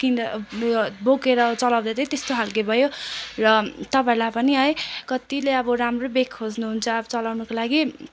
किन्दा बोकेर चलाउँदा चाहिँ त्यस्तो खालके भयो र तपाईँहरूलाई पनि है कत्तिले अब राम्रो ब्याग खोज्नुहुन्छ अब चलाउनको लागि